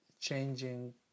changing